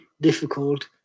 difficult